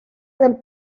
del